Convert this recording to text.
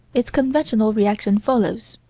its conventional reaction follows.